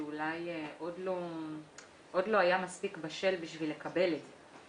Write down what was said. שאולי עוד לא היה מספיק בשל כדי לקבל את זה.